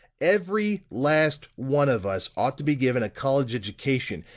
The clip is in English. every last one of us ought to be given a college education,